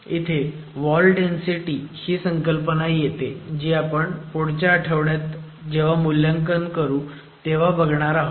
इथे wall density ही संकल्पना येते जी आपण पुढच्या आठवड्यात जेव्हा मूल्यांकन करू तेव्हा बघणार आहोत